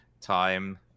time